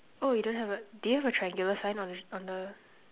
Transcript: oh you don't have a do you have a triangular sign on the on the